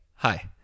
Hi